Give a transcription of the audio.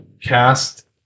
cast